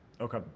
Okay